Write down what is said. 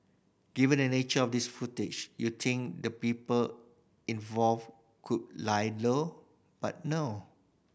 given the nature of this footage you think the people involved could lie low but no